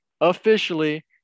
officially